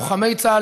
לוחמי צה"ל,